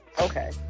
Okay